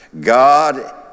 God